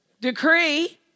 Decree